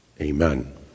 Amen